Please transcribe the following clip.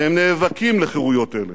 והם נאבקים על חירויות אלה.